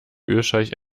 ölscheich